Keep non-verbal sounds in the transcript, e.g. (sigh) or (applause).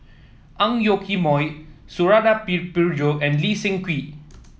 Ang Yoke Mooi Suradi (unintelligible) Parjo and Lee Seng Wee